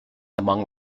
among